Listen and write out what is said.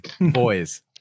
boys